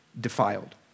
defiled